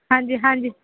ਹਾਂਜੀ ਹਾਂਜੀ